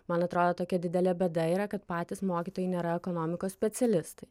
man atrodo tokia didelė bėda yra kad patys mokytojai nėra ekonomikos specialistai